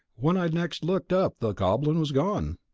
when i next looked up the goblin was gone.